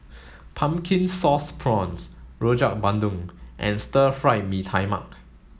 pumpkin sauce prawns Rojak Bandung and Stir Fried Mee Tai Mak